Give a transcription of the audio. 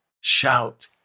shout